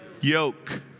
yoke